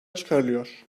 çıkarılıyor